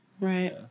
Right